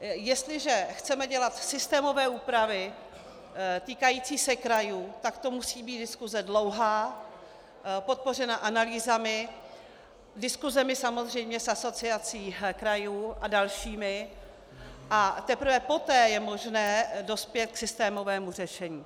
Jestliže chceme dělat systémové úpravy týkající se krajů, tak to musí být diskuse dlouhá, podpořená analýzami, diskusemi samozřejmě s Asociací krajů a dalšími, a teprve poté je možné dospět k systémovému řešení.